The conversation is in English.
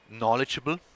knowledgeable